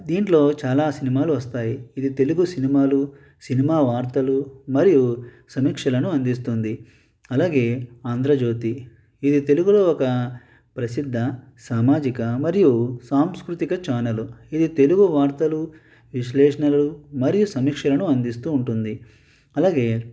దీంట్లో చాలా సినిమాలు వస్తాయి ఇది తెలుగు సినిమాలు సినిమా వార్తలు మరియు సమీక్షలను అందిస్తుంది అలాగే ఆంధ్రజ్యోతి ఇది తెలుగులో ఒక ప్రసిద్ధ సామాజిక మరియు సాంస్కృతిక చానలు ఇది తెలుగు వార్తలు విశ్లేషణలు మరియు సమీక్షలను అందిస్తూ ఉంటుంది అలాగే